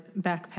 backpack